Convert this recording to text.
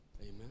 Amen